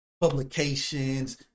publications